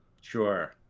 Sure